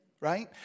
right